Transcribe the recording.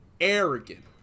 arrogant